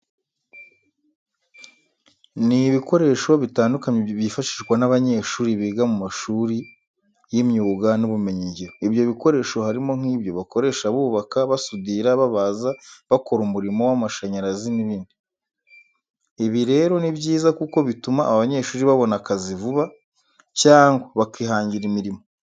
Ni ibikoresho bitandukanye byifashishwa n'abanyeshuri biga mu mashuri y'imyuga n'ubumenyingiro. Ibyo bikoresho harimo nk'ibyo bakoresha bubaka, basudira, babaza, bakora umuriro w'amashanyarazi n'ibndi. Ibi rero ni byiza kuko bituma aba banyeshuri babona akazi vuba cyangwa bakihangira imirimo.